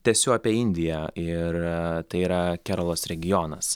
tęsiu apie indiją ir tai yra keralos regionas